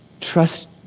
trust